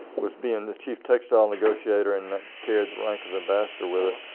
was being the chief textile negotiator and that carried the rank of ambassador with it.